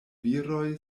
viroj